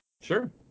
Sure